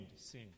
sin